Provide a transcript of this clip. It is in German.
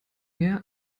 mehr